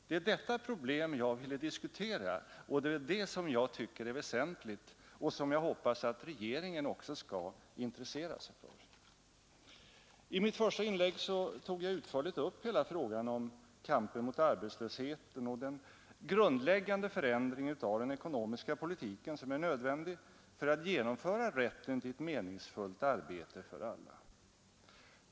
Det är detta problem jag vill diskutera, och det är det som jag tycker är väsentligt och som jag hoppas att regeringen också skall intressera sig för. I mitt första inlägg tog jag utförligt upp hela frågan om kampen mot arbetslösheten och den grundläggande förändring av den ekonomiska politiken som är nödvändig för att förändra rätten till ett meningsfullt arbete för alla.